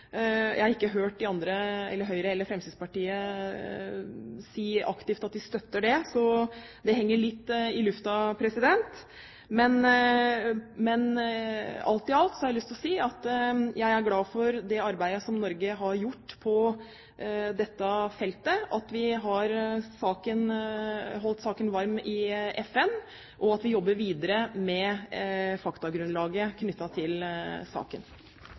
Jeg har ikke hørt Høyre eller Fremskrittspartiet si aktivt at de støtter det, så det henger litt i lufta. Men alt i alt – det har jeg lyst til å si – er jeg glad for det arbeidet som Norge har gjort på dette feltet, at vi har holdt saken varm i FN, og at vi jobber videre med faktagrunnlaget knyttet til saken.